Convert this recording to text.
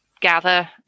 gather